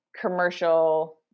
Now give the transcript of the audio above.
commercial